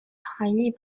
highly